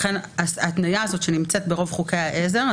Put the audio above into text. ההתניה הזאת נמצאת ברוב חוקי העזר.